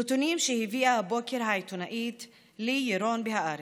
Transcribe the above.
אלה נתונים שהביאה הבוקר העיתונאית לי ירון בהארץ.